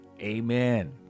Amen